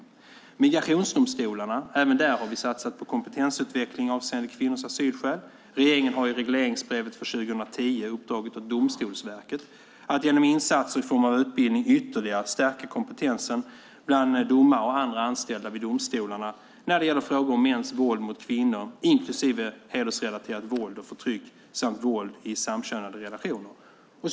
Vad gäller migrationsdomstolarna har vi även där satsat på kompetensutveckling avseende kvinnors asylskäl. Regeringen har i regleringsbrevet för 2010 uppdragit åt Domstolsverket att genom insatser i form av utbildning ytterligare stärka kompetensen bland domare och andra anställda vid domstolarna när det gäller frågor om mäns våld mot kvinnor inklusive hedersrelaterat våld och förtryck samt våld i samkönade relationer.